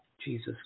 Jesus